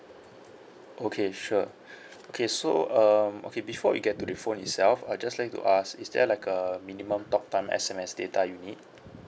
okay sure okay so um okay before we get to the phone itself I'd just like to ask is there like a minimum talk time S_M_S data you need